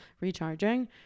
recharging